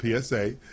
PSA